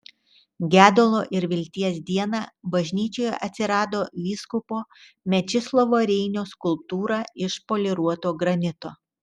gedulo ir vilties dieną bažnyčioje atsirado vyskupo mečislovo reinio skulptūra iš poliruoto granito